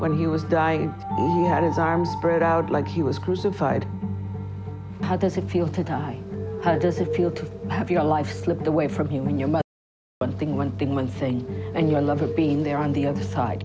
when he was dying his arms spread out like he was crucified how does it feel to die how does it feel to have your life slipped away from you when you're but one thing one thing one thing and your love of being there on the other side